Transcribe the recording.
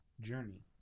journey